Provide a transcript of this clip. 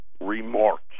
remarks